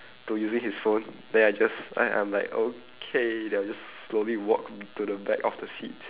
to using his phone then I just I I'm like okay then I'll just slowly walk to the back of the seat